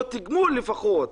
או תגמול לפחות,